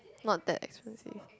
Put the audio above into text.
not that expensive